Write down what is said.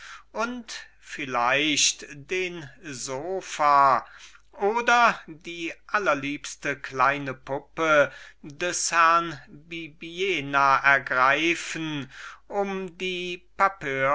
lassen und vielleicht den sopha oder die allerliebste kleine puppe des hrn bibiena ergreifen um die